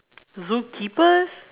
zoo keepers